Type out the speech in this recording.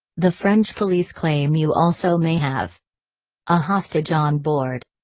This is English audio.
the french police claim you also may have a hostage onboard.